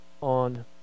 on